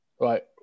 Right